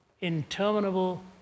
interminable